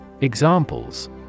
Examples